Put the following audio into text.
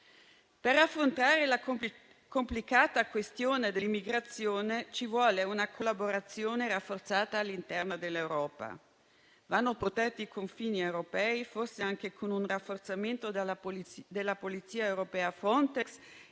Per affrontare la complicata questione dell'immigrazione serve una collaborazione rafforzata all'interno dell'Europa. Vanno protetti i confini europei, forse anche con un rafforzamento della polizia europea Frontex